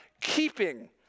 keeping